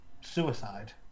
suicide